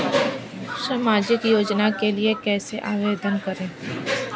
सामाजिक योजना के लिए कैसे आवेदन करें?